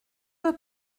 veut